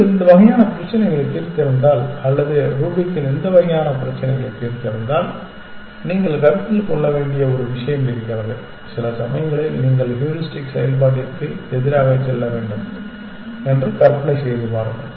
நீங்கள் இந்த வகையான பிரச்சினைகளைத் தீர்த்திருந்தால் அல்லது ரூபிக்கின் வகையான பிரச்சினைகளைத் தீர்த்திருந்தால் நீங்கள் கருத்தில் கொள்ள வேண்டிய ஒரு விஷயம் இருக்கிறது சில சமயங்களில் நீங்கள் ஹூரிஸ்டிக் செயல்பாட்டிற்கு எதிராக செல்ல வேண்டும் என்று கற்பனை செய்து பாருங்கள்